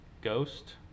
ghost